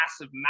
massive